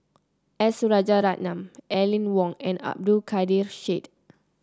S Rajaratnam Aline Wong and Abdul Kadir Syed